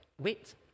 wait